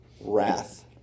wrath